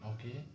Okay